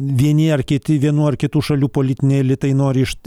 vieni ar kiti vienų ar kitų šalių politiniai elitai nori iš